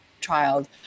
child